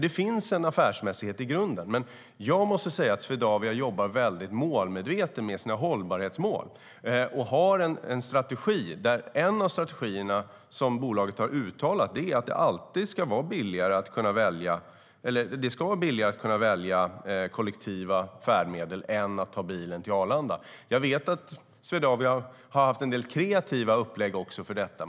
Det finns alltså en affärsmässighet i grunden. Jag måste säga att Swedavia jobbar väldigt målmedvetet med sina hållbarhetsmål. De har en strategi där ett av de mål som bolaget har uttalat är att det ska vara billigare att välja kollektiva färdmedel än att ta bilen till Arlanda. Jag vet att Swedavia har haft en del kreativa upplägg för detta.